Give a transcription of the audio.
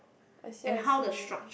I see I see